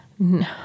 No